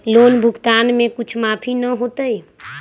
Loan भुगतान में कुछ माफी न होतई?